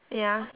ya